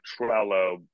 Trello